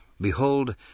Behold